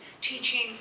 teaching